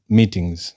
meetings